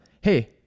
Hey